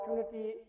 opportunity